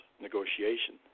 negotiation